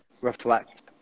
reflect